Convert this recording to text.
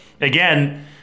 again